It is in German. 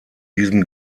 diesem